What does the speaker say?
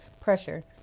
Pressure